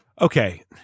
Okay